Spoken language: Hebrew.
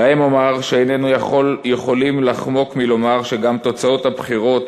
להם אומר שאיננו יכולים לחמוק מלומר שגם תוצאות הבחירות